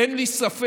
אין לי ספק